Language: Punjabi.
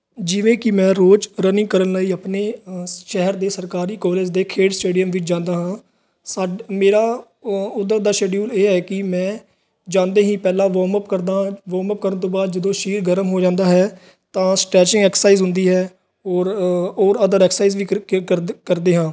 ਜਿਵੇਂ ਕਿ ਮੈਂ ਰੋਜ਼ ਰਨਿੰਗ ਕਰਨ ਲਈ ਆਪਣੇ ਅ ਸ਼ਹਿਰ ਦੇ ਸਰਕਾਰੀ ਕਾਲਜ ਦੇ ਖੇਡ ਸਟੇਡੀਅਮ ਵਿੱਚ ਜਾਂਦਾ ਹਾਂ ਸਾਡ ਮੇਰਾ ਉਂ ਉੱਧਰ ਦਾ ਸ਼ਡਿਊਲ ਇਹ ਹੈ ਕਿ ਮੈਂ ਜਾਂਦੇ ਹੀ ਪਹਿਲਾਂ ਵੋਮ ਅਪ ਕਰਦਾ ਹਾਂ ਵੋਮ ਅਪ ਕਰਨ ਤੋਂ ਬਾਅਦ ਜਦੋਂ ਸਰੀਰ ਗਰਮ ਹੋ ਜਾਂਦਾ ਹੈ ਤਾਂ ਸਟੈਚਿੰਗ ਐਕਸਰਸਾਈਜ ਹੁੰਦੀ ਹੈ ਔਰ ਅ ਔਰ ਅਦਰ ਐਕਸਾਈਜ ਵੀ ਕਰਦੇ ਹਾਂ